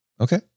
Okay